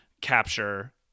capture